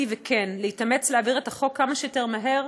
וכן להתאמץ להעביר את החוק כמה שיותר מהר,